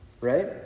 Right